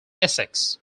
essex